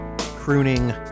crooning